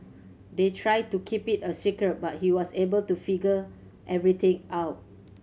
they tried to keep it a secret but he was able to figure everything out